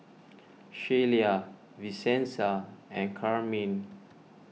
Shelia Vincenza and Carmine